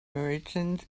merchants